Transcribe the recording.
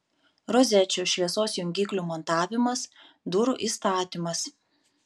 rozečių šviesos jungiklių montavimas durų įstatymas